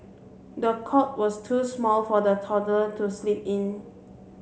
the cot was too small for the toddler to sleep in